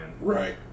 right